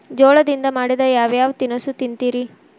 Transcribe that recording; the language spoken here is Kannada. ಜೋಳದಿಂದ ಮಾಡಿದ ಯಾವ್ ಯಾವ್ ತಿನಸು ತಿಂತಿರಿ?